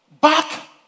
back